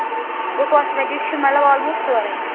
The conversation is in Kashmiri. گوٚو کاسمٮ۪ٹِک چھُ مطلب آل موسٹہٕ سورُے